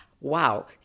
Wow